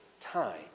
time